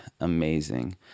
amazing